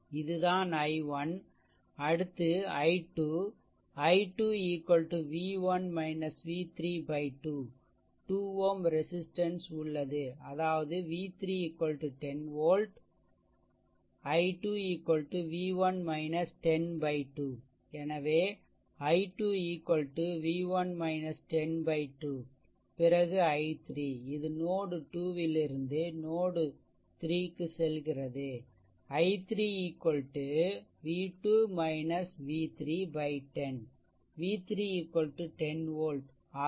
இது தான் i1 அடுத்து i2 i2 v1 v 3 2 2 Ω resistance உள்ளது அதாவது v 3 10 volt i2 v1 10 2 எனவே i2 v1 10 2 பிறகு I3 இது நோட்2 ல் இருந்து நோட்3 க்கு செல்கிறது i3 v2 v 3 10